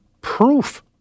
proof